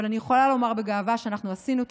אבל אני יכולה לומר בגאווה שאנחנו עשינו הכול,